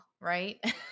right